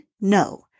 No